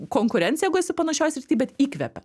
konkurenciją jeigu esi panašioj srity bet įkvepia